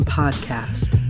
podcast